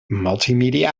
multimedia